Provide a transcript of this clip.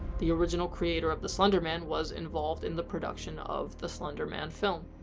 the original creator of the slender man was involved in the production of the slender man film.